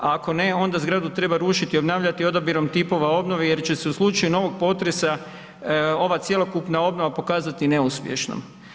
Ako ne onda zgradu treba rušiti i obnavljati odabirom tipova obnove jer će se u slučaju novog potresa ova cjelokupna obnova pokazati neuspješnom.